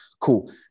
cool